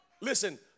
Listen